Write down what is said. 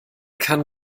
kann